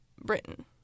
Britain